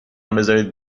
بزارید